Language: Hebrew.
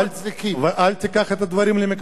ואל תיקח את הדברים למקומות לא נכונים.